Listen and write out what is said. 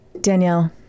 Danielle